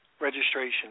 registration